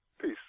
Peace